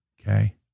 Okay